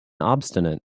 obstinate